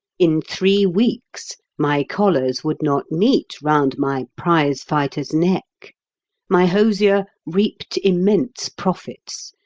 in three weeks my collars would not meet round my prize-fighter's neck my hosier reaped immense profits,